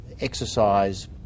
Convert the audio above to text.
exercise